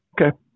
Okay